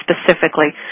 specifically